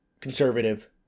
conservative